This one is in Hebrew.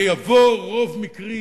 שיבוא רוב מקרי,